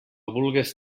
vulgues